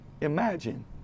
imagine